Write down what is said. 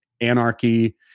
anarchy